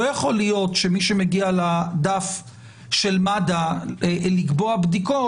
לא יכול להיות שמי שמגיע לדף של מד"א לקבוע בדיקות,